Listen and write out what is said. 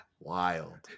wild